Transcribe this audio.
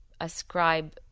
ascribe